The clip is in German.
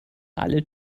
alle